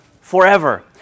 forever